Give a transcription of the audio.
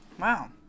Wow